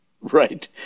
Right